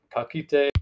Kakite